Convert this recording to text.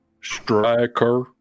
Striker